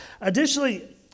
Additionally